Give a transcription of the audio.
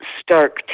stark